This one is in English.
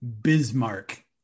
Bismarck